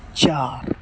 چار